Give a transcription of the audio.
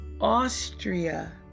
Austria